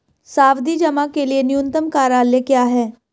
सावधि जमा के लिए न्यूनतम कार्यकाल क्या है?